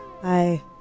hi